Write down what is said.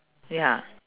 ya